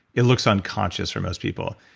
it looks unconscious for most people.